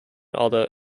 other